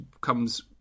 comes